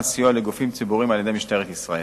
סיוע לגופים ציבוריים על-ידי משטרת ישראל.